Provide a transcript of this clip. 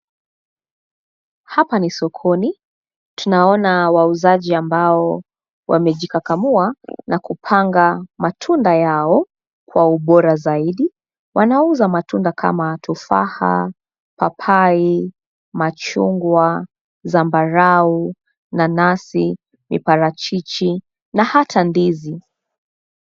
Hapa ni sokoni, tunaona wauzaji ambao wamejikakamua na kupanga matunda yao kwa ubora zaidi. Wanauza matunda kama tofaha, papai, machungwa, zambarau, nanasi, miparachichi na hata ndizi.